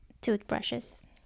toothbrushes